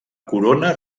corona